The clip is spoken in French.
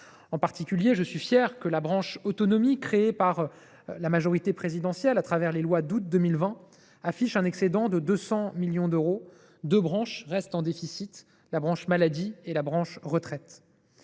En particulier, je suis fier que la branche autonomie, créée par la majorité présidentielle au travers des lois d’août 2020, affiche un excédent de 200 millions d’euros. Deux branches restent en déficit : la branche maladie et la branche retraite.